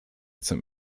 chce